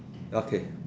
ya okay